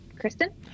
Kristen